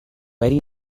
very